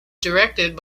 directed